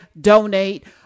donate